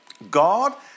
God